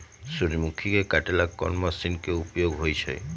सूर्यमुखी के काटे ला कोंन मशीन के उपयोग होई छइ?